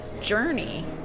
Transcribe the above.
journey